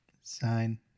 sign